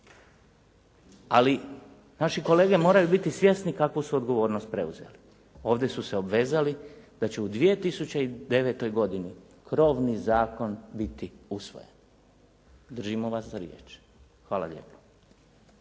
Ali, naši kolege moraju biti svjesni kakvu su odgovornost preuzeli. Ovdje su se obvezali da će u 2009. godini krovni zakoni biti usvojen. Držimo vas za riječ. Hvala lijepo.